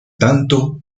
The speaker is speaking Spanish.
tanto